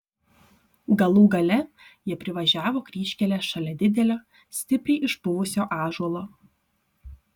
galų gale jie privažiavo kryžkelę šalia didelio stipriai išpuvusio ąžuolo